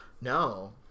no